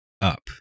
up